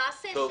תעשה השוואה.